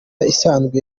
isanzwe